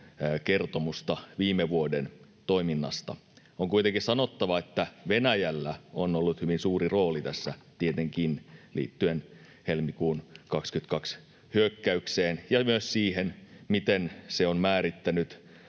kertomuksia viime vuoden toiminnasta. On kuitenkin sanottava, että Venäjällä on ollut hyvin suuri rooli tässä, tietenkin liittyen helmikuun 22 hyökkäykseen ja myös siihen, miten se on määrittänyt